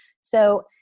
So-